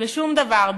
ושום דבר.